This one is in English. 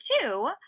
two